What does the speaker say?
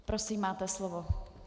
Prosím, máte slovo.